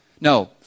no